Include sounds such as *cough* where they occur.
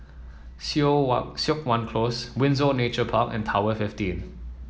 *unintelligible* Siok Wan Close Windsor Nature Park and Tower Fifteen